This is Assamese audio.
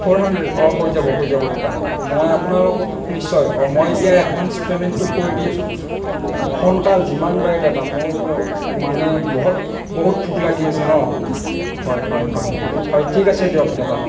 ফ'ৰ হানড্ৰেণ্ড অঁ হৈ যাব হৈ যাব দাদা মই আপোনালোকক নিশ্চয় অঁ মই এতিয়াই এডভান্স পেমেন্টটো কৰি দি আছোঁ সোনকাল যিমান পাৰে দাদা মোৰ মানে বহুত বহুত ভোক লাগি আছে ন হয় হয় হয় হয় ঠিক আছে দিয়ক দাদা